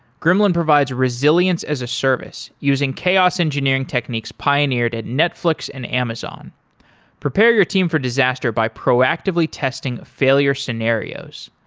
gremlin provides resilience as a service using chaos engineering techniques pioneered at netflix and amazon prepare your team for disaster by proactively testing failure scenarios.